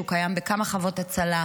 שקיים בכמה חוות הצלה,